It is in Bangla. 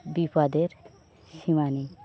বিপদের সীমা নেই